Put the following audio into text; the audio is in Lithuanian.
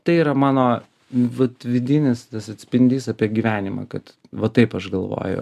tai yra mano vat vidinis tas atspindys apie gyvenimą kad va taip aš galvoju